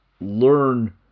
learn